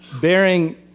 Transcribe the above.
bearing